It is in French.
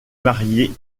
marié